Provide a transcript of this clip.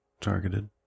targeted